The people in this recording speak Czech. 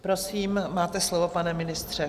Prosím, máte slovo, pane ministře.